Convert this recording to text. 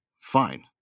Fine